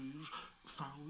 found